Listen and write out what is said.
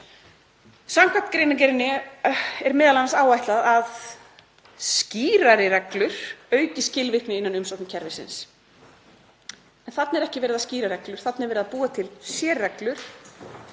Samkvæmt greinargerðinni er m.a. áætlað að skýrari reglur auki skilvirkni innan umsóknarkerfisins. En þarna er ekki verið að skýra reglur, þarna er verið að búa til sérreglur